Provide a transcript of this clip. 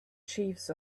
chiefs